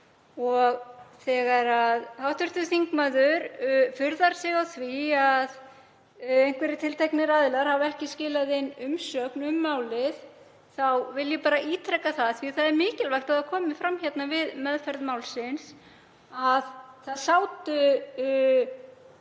Þegar hv. þingmaður furðar sig á því að einhverjir tilteknir aðilar hafi ekki skilað inn umsögn um málið vil ég bara ítreka það, af því að það er mikilvægt að það komi fram við meðferð málsins, að það sátu